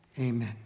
Amen